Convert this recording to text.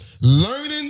learning